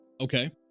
Okay